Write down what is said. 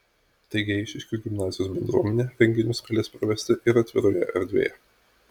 taigi eišiškių gimnazijos bendruomenė renginius galės pravesti ir atviroje erdvėje